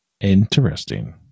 interesting